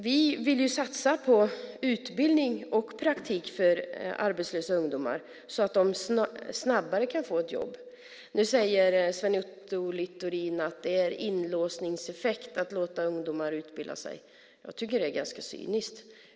Vi vill satsa på utbildning och praktik för arbetslösa ungdomar så att de snabbare kan få ett jobb. Nu säger Sven Otto Littorin att det blir en inlåsningseffekt av att låta ungdomar utbilda sig. Jag tycker att det är ganska cyniskt.